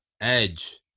Edge